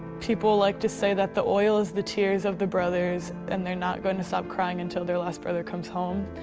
people like to say that the oil is the tears of the brothers, and they're not gonna stop crying until their last brother comes home.